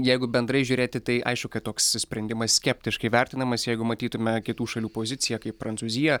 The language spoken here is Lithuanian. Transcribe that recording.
jeigu bendrai žiūrėti tai aišku kad toks sprendimas skeptiškai vertinamas jeigu matytume kitų šalių poziciją kaip prancūzija